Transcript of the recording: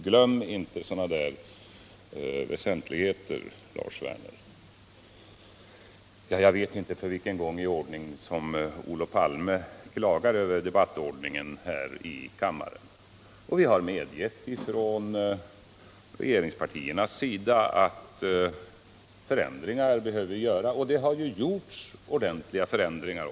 Glöm inte sådana här väsentligheter, Lars Werner! Jag vet inte för vilken gång i ordningen som Olof Palme klagar över debattordningen här i kammaren. Vi har medgivit från regeringspartiernas sida att förändringar behöver göras, och det har gjorts ordentliga förändringar.